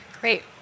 Great